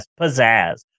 pizzazz